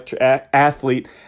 athlete